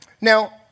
Now